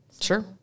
Sure